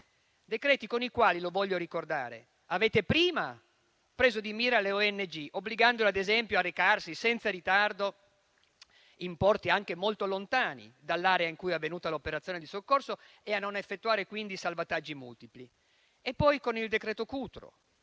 2023, con i quali - lo voglio ricordare - avete prima preso di mira le ONG, obbligandole ad esempio a recarsi, senza ritardo, in porti anche molto lontani dall'area in cui è avvenuta l'operazione di soccorso e a non effettuare quindi salvataggi multipli. Poi, con il decreto Cutro,